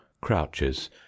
crouches